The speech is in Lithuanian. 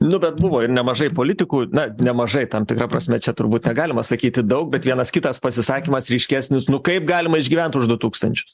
nu bet buvo ir nemažai politikų na nemažai tam tikra prasme čia turbūt negalima sakyti daug bet vienas kitas pasisakymas ryškesnis nu kaip galima išgyvent už du tūkstančius